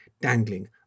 dangling